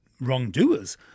wrongdoers